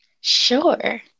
Sure